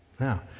Now